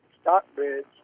Stockbridge